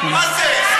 מה זה?